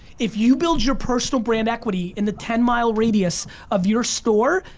if you build your personal brand equity in the ten mile radius of your store,